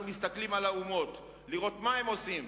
אנחנו מסתכלים על האומות לראות מה הם עושים,